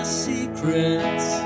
secrets